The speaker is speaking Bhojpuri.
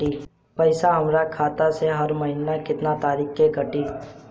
पैसा हमरा खाता से हर महीना केतना तारीक के कटी?